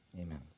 amen